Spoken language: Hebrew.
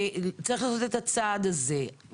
צריך לעשות את הצעד הזה.